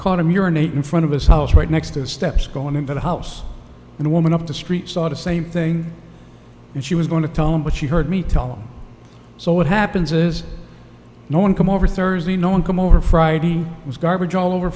caught him urinate in front of his house right next to the steps going into the house and a woman up the street saw the same thing and she was going to tell him but she heard me tell so what happens is no one come over thursday no one come over friday it was garbage all over